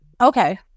okay